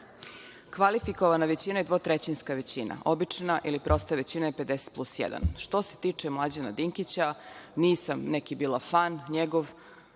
Kvalifikovana većina je dvotrećinska većina, a obična ili prosta većina je 50 plus 1.Što se tiče Mlađana Dinkića, nisam bila neki fan njegov